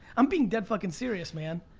i'm being dead fuckin' serious, man.